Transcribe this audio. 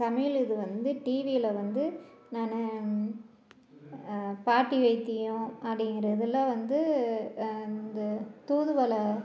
சமையல் இது வந்து டிவியில் வந்து நான் பாட்டி வைத்தியம் அப்டிங்கிறதில் வந்து அந்த தூதுவளை